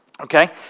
okay